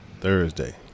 Thursday